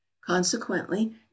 consequently